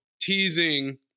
teasing